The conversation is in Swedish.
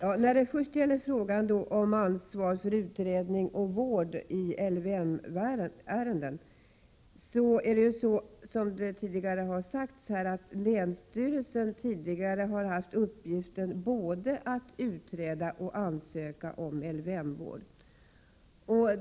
Herr talman! När det gäller ansvar för utredning och vård i LVM-ärenden så har, som här redan har sagts, länsstyrelsen tidigare haft uppgiften att både utreda och ansöka om LVM-vård.